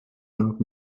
nach